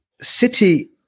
City